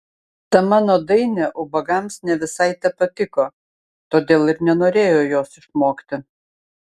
ta mano dainė ubagams ne visai tepatiko todėl ir nenorėjo jos išmokti